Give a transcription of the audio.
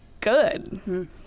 good